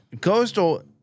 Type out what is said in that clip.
Coastal